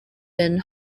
been